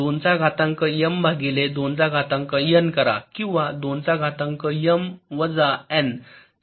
2 चा घातांक एम भागिले 2 चा घातांक एन करा किंवा 2 चा घातांक एम वजा एन